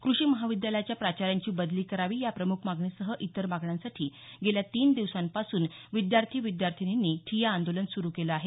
कृषी महाविद्यालयाच्या प्राचार्यांची बदली करावी या प्रमुख मागणीसह इतर मागण्यांसाठी गेल्या तीन दिवसांपासून विद्यार्थी विद्यार्थिनींनी ठिय्या आंदोलन सुरु केलं आहे